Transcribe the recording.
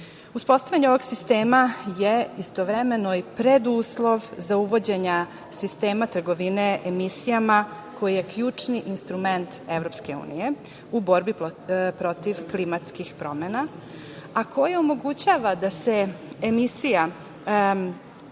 nivou. Uspostavljanje ovog sistema je istovremeno i preduslov za uvođenje sistema trgovine emisijama koji je ključni instrument EU u borbi protiv klimatskih promena, a koji omogućava da se smanjenje